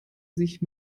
sich